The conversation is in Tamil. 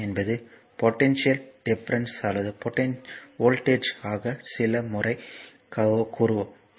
ஏப் என்பது போடென்ஷியல் டிஃபரென்ஸ் அல்லது வோல்டேஜ் ஆகும் சில முறை கூறுவோம்